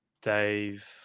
Dave